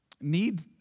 need